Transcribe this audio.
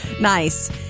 Nice